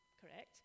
correct